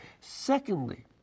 Secondly